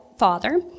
Father